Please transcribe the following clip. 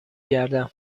گردم